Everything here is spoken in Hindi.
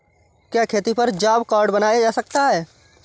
क्या खेती पर जॉब कार्ड बनवाया जा सकता है?